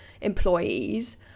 employees